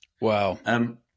Wow